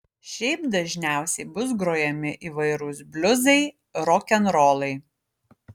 šiaip dažniausiai bus grojami įvairūs bliuzai rokenrolai